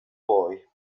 boy